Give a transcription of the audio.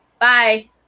Bye